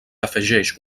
afegeix